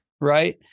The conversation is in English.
Right